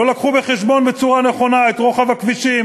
לא הביאו בחשבון בצורה הנכונה את רוחב הכבישים,